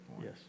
Yes